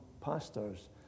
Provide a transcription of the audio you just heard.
pastors